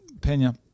Pena